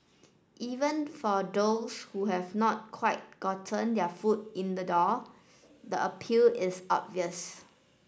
even for those who have not quite gotten their foot in the door the appeal is obvious